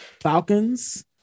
Falcons